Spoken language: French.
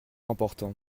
important